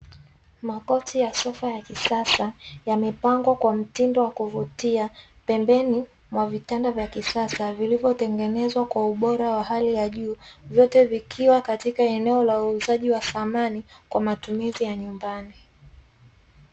Makochi ya sofa ya kisasa yamepangwa kwa mfumo wa kuvutia, pembeni ya vitanda vya kisasa vilivyotengenezwa kwa ubora wa hali ya juu vyote vikiwa katika eneo la huzaji wa thamani kwa matumizi ya nyumbani.